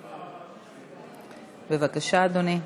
בבקשה, אדוני.